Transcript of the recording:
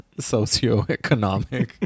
socioeconomic